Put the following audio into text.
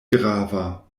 grava